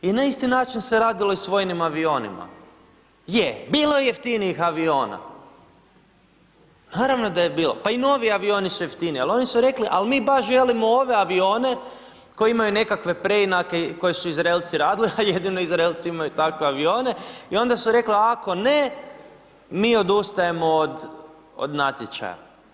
I na isti način se radilo i s vojnim avionima, je bilo je jeftinijih aviona, naravno da je bilo, pa i novi avioni su jeftiniji, ali oni su rekli al mi baš želimo ove avione koji imaju nekakve preinake koje su Izraelci radili, a jedino Izraelci imaju takve avione i onda su rekli ako ne mi odustajemo od, od natječaja.